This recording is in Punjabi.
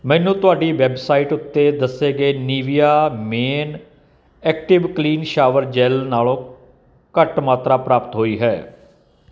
ਮੈਨੂੰ ਤੁਹਾਡੀ ਵੈੱਬਸਾਈਟ ਉੱਤੇ ਦੱਸੇ ਗਏ Nivea men active clean shower gel ਨਾਲੋਂ ਘੱਟ ਮਾਤਰਾ ਪ੍ਰਾਪਤ ਹੋਈ ਹੈ